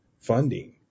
funding